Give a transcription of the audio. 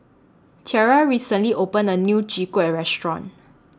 Thyra recently opened A New Chwee Kueh Restaurant